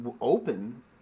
open